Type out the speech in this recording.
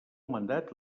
mandat